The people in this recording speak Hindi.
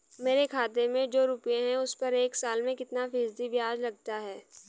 मेरे खाते में जो रुपये हैं उस पर एक साल में कितना फ़ीसदी ब्याज लगता है?